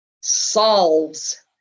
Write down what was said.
solves